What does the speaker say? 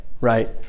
right